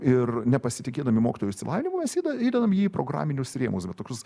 ir nepasitikėdami mokytojo išsilavinimu mes jį įdedam jį į programinius rėmus ir va tokius